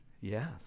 Yes